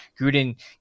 Gruden